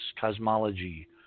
cosmology